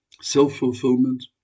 self-fulfillment